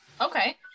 okay